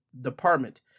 Department